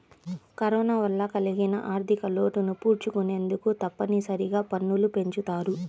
corona వల్ల కలిగిన ఆర్ధికలోటును పూడ్చుకొనేందుకు తప్పనిసరిగా పన్నులు పెంచుతారు